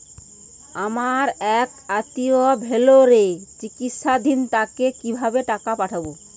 আমার এক আত্মীয় ভেলোরে চিকিৎসাধীন তাকে কি ভাবে টাকা পাঠাবো?